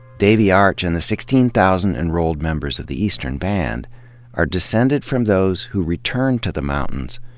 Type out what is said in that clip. davy arch and the sixteen thousand enrolled members of the eastern band are descended from those who returned to the mountains,